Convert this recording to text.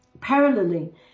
paralleling